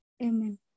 Amen